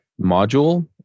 module